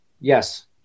Yes